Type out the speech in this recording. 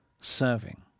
serving